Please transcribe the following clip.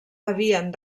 havien